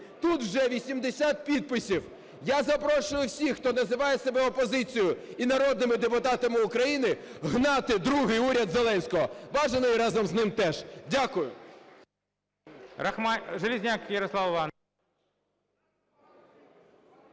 Тут вже 80 підписів. Я запрошую всіх, хто називає себе опозицією і народними депутатами України, гнати другий уряд Зеленського, бажано і разом з ним теж. Дякую.